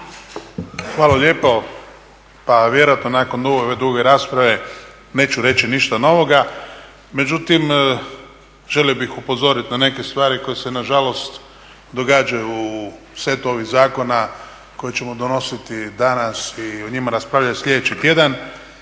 Hvala lijepo. Pa vjerojatno nakon ove duge rasprave neću reći ništa novoga, međutim želio bih upozoriti na neke stvari koje se nažalost događaju u setu ovih zakona koje ćemo donositi danas i o njima raspravljati sljedeći tjedan,